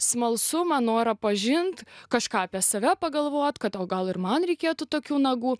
smalsumą norą pažint kažką apie save pagalvot kad o gal ir man reikėtų tokių nagų